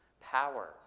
Power